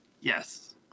Yes